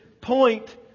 point